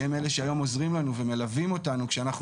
שהם אלה שהיום עוזרים לנו ומלווים אותנו כשאנחנו